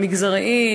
המגזריים,